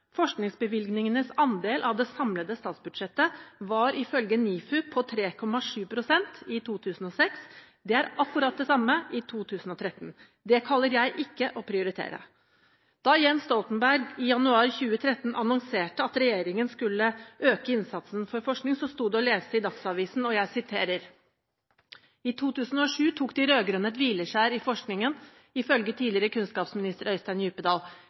Forskningsbevilgningenes andel av det samlede statsbudsjettet var ifølge NIFU på 3,7 pst. i 2006 – det er akkurat det samme i 2013. Det kaller jeg ikke å prioritere. Da Jens Stoltenberg i januar 2013 annonserte at regjeringen skulle øke innsatsen for forskning, sto det å lese i Dagsavisen: «I 2007 tok de rødgrønne et «hvileskjær» i forskningsbevilgningene, ifølge tidligere kunnskapsminister Øystein